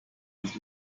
nicht